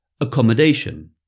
accommodation